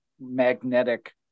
magnetic